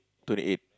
twenty eight